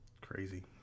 Crazy